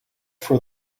for